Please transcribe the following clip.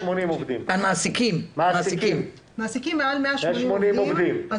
מעסיקים עם מעל 180 עובדים.